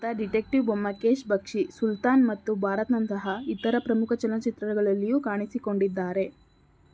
ಆತ ಡಿಟೆಕ್ಟಿವ್ ಬೊಮ್ಮಕೇಶ್ ಭಕ್ಷಿ ಸುಲ್ತಾನ್ ಮತ್ತು ಭಾರತ್ನಂತಹ ಇತರ ಪ್ರಮುಖ ಚಲನಚಿತ್ರಗಳಲ್ಲಿಯೂ ಕಾಣಿಸಿಕೊಂಡಿದ್ದಾರೆ